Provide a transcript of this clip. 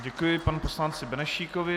Děkuji panu poslanci Benešíkovi.